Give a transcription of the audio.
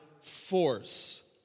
force